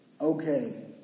Okay